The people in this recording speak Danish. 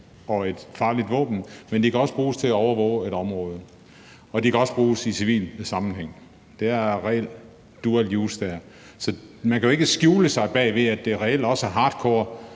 og et farligt våben, men de kan også bruges til at overvåge et område. Og de kan også bruges i civil sammenhæng. Det er reelt dual-use. Så man kan ikke skjule sig bag ved det; det er reelt også hardcore